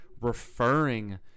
referring